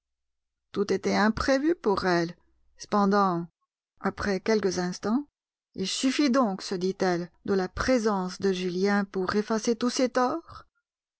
tout était imprévu pour elle cependant après quelques instants il suffit donc se dit-elle de la présence de julien pour effacer tous ses torts